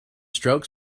strokes